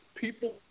people